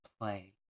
play